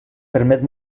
permet